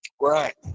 Right